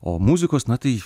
o muzikos na tai